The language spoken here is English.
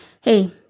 hey